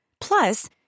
Plus